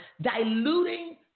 diluting